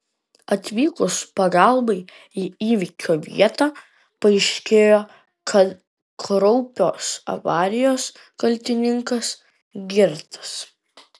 atvykus pagalbai į įvykio vietą paaiškėjo kad kraupios avarijos kaltininkas girtas